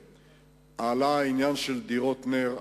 עלה העניין של דירות נ"ר.